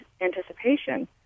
anticipation